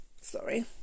sorry